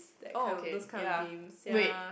oh okay ya wait